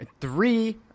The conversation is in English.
three